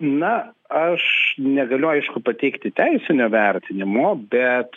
na aš negaliu aišku pateikti teisinio vertinimo bet